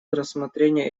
рассмотрение